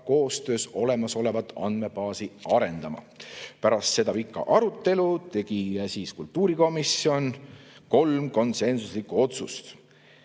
koostöös olemasolevat andmebaasi arendama. Pärast seda pikka arutelu tegi kultuurikomisjon kolm konsensuslikku otsust.